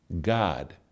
God